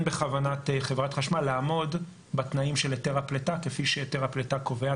בכוונת חברת חשמל לעמוד בתנאים של היתר הפליטה כפי שהיתר הפליטה קובע.